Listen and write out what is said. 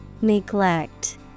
Neglect